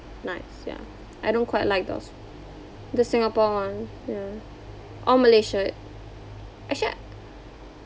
nice ya I don't quite like the aus~ the Singapore one ya or Malaysia actually I